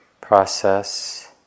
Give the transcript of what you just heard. process